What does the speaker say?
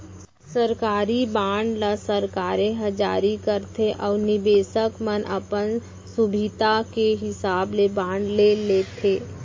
सरकारी बांड ल सरकारे ह जारी करथे अउ निबेसक मन अपन सुभीता के हिसाब ले बांड ले लेथें